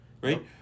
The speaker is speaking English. right